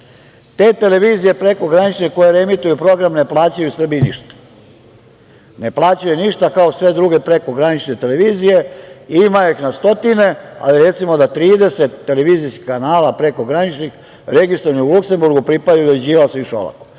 Te televizije, prekogranične, koje reemituje program, ne plaćaju Srbiji ništa. Ne plaćaju ništa kao sve druge prekogranične televizije, ima ih na stotine, ali recimo da 30 televizijskih kanala prekograničnih, registrovanih u Luksemburgu, pripadaju Đilasu i Šolaku.